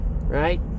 right